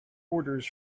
orders